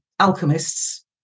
alchemists